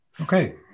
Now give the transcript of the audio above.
Okay